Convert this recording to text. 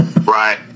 Right